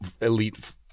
elite